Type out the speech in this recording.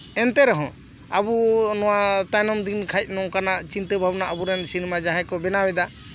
ᱮᱱᱛᱮ ᱨᱮᱦᱚᱸ ᱟᱵᱚ ᱱᱚᱣᱟ ᱛᱟᱭᱱᱚᱢ ᱫᱤᱱ ᱠᱷᱟᱡ ᱱᱚᱝᱠᱟᱜ ᱪᱤᱱᱛᱟᱹ ᱵᱷᱟᱵᱽᱱᱟ ᱟᱵᱚ ᱨᱮᱱ ᱥᱤᱱᱮᱢᱟ ᱡᱟᱦᱟᱸᱭ ᱠᱚ ᱵᱮᱱᱟᱣ ᱮᱫᱟ